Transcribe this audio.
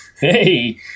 hey